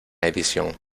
edición